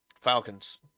Falcons